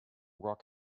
rock